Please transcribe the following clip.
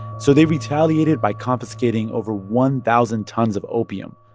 so they retaliated by confiscating over one thousand tons of opium.